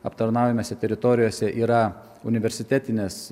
aptarnaujamose teritorijose yra universitetinės